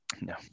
No